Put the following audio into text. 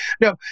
No